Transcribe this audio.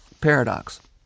paradox